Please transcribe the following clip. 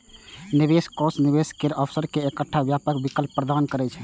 निवेश कोष निवेश केर अवसर के एकटा व्यापक विकल्प प्रदान करै छै